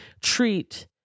treat